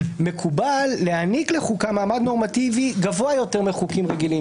מקובל להעניק לחוקה מעמד נורמטיבי גבוה יותר מחוקים רגילים